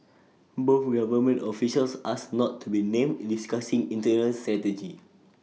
both government officials asked not to be named discussing internal strategy